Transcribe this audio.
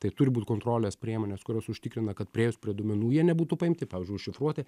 tai turi būt kontrolės priemonės kurios užtikrina kad priėjus prie duomenų jie nebūtų paimti pavyzdžiui užšifruoti